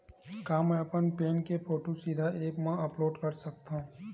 का मैं अपन पैन के फोटू सीधा ऐप मा अपलोड कर सकथव?